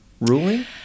ruling